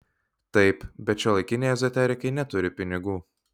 taip bet šiuolaikiniai ezoterikai neturi pinigų